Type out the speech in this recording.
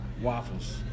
waffles